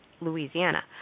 Louisiana